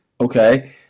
okay